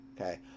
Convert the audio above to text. Okay